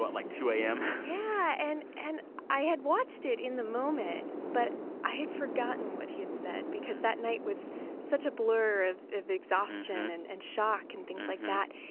like, two a m? yeah. and and i had watched it in the moment, but i had forgotten what he had said because that night was such a blur of of exhaustion and and shock and things like that.